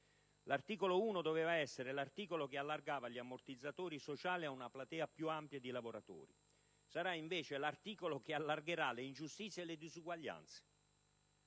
L'articolo 1 doveva essere l'articolo che allargava gli ammortizzatori sociali ad una platea più ampia di lavoratori, mentre sarà invece l'articolo che allargherà le ingiustizie e le disuguaglianze,